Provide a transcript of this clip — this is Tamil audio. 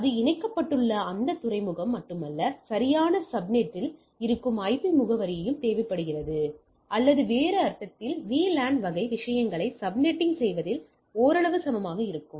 எனவே அது இணைக்கப்பட்டுள்ள அந்த துறைமுகம் மட்டுமல்ல சரியான சப்நெட்டில் இருக்கும் ஐபி முகவரியும் தேவைப்படுகிறது அல்லது வேறு அர்த்தத்தில் VLAN வகை விஷயங்களை சப்நெட்டிங் செய்வதில் ஓரளவு சமமாக இருக்கும்